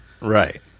right